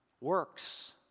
Works